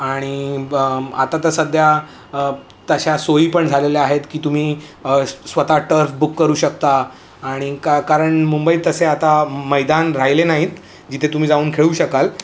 आणि ब आता तर सध्या तशा सोई पण झालेल्या आहेत की तुम्ही स्वतः टर्फ बुक करू शकता आणि का कारण मुंबईत तसे आता मैदान राहिले नाहीत जिथे तुम्ही जाऊन खेळू शकाल